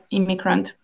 Immigrant